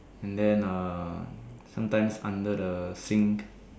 and then ah sometimes under the sink